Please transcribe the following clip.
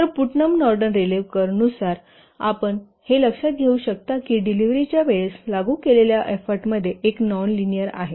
तर Putnam Norden Rayleigh curve नुसार आपण हे लक्षात घेऊ शकता की डिलिव्हरी च्या वेळी लागू केलेल्या एफ्फोर्टमध्ये एक नॉन लिनिअर आहे